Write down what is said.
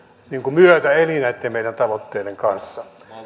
myötäeli näitten meidän tavoitteidemme kanssa